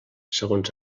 segons